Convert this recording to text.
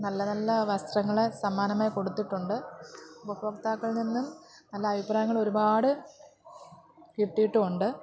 നല്ലനല്ല വസ്ത്രങ്ങൾ സമ്മാനമായി കൊടുത്തിട്ടുണ്ട് ഉപഭോക്താക്കളിൽനിന്നും നല്ല അഭിപ്രായങ്ങൾ ഒരുപാട് കിട്ടിയിട്ടും ഉണ്ട്